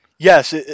Yes